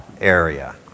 area